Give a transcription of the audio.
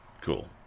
cool